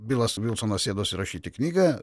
bilas vilsonas sėdosi rašyti knygą